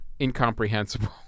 incomprehensible